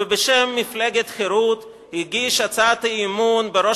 ובשם מפלגת חרות הגיש הצעת אי-אמון בראש